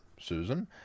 Susan